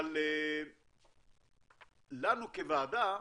אבל לנו כוועדה,